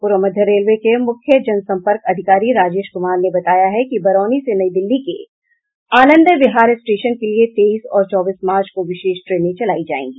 पूर्व मध्य रेलवे के मुख्य जनसम्पर्क अधिकारी राजेश कुमार ने बताया है कि बरौनी से नई दिल्ली के आनंद विहार स्टेशन के लिए तेईस और चौबीस मार्च को विशेष ट्रेने चलाई जाएगी